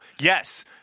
Yes